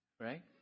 right